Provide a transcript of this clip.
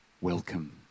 welcome